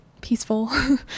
peaceful